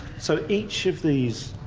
so each of these